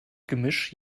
gemisch